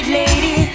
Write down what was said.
lady